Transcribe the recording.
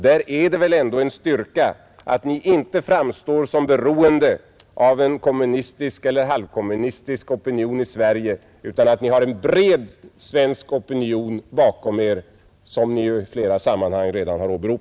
Där är det väl ändå en styrka att ni inte framstår som beroende av en kommunistisk eller halvkommunistisk opinion i Sverige, utan att ni har en bred svensk opinion bakom er, som ni ju i flera sammanhang redan har åberopat.